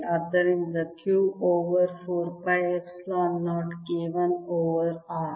ಆದ್ದರಿಂದ Q over 4 pi epsilon 0 K 1 over r